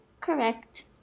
correct